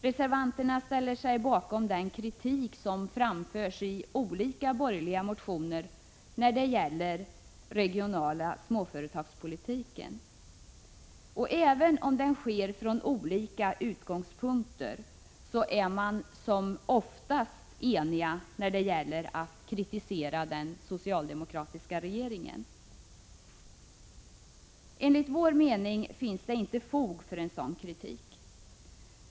Reservanterna ställer sig bakom den kritik som framförs i olika borgerliga motioner när det gäller regional småföretagspolitik. Även om det sker från olika utgångspunkter är man som oftast enig när det gäller att kritisera den socialdemokratiska regeringen. Enligt vår mening finns det inte fog för sådan kritik.